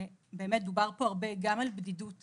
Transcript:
שבאמת דובר פה הרבה גם על בדידות